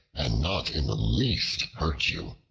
and not in the least hurt you.